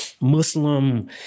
Muslim